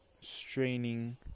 straining